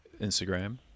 Instagram